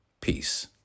Peace